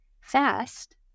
fast